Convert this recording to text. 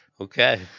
Okay